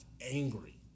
angry